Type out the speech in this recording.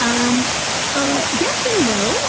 um ah yes and and no